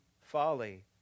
folly